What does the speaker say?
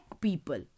people